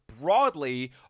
broadly